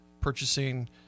purchasing